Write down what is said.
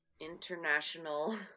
international